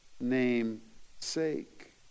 name'sake